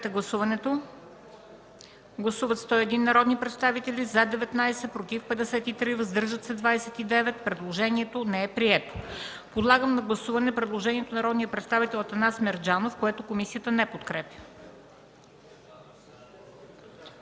гласуване, моля. Гласували 101 народни представители: за 19, против 53, въздържали се 29. Предложението не е прието. Подлагам на гласуване предложението на народния представител Атанас Мерджанов, което комисията не подкрепя.